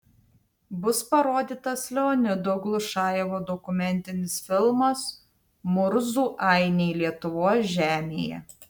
bus parodytas leonido glušajevo dokumentinis filmas murzų ainiai lietuvos žemėje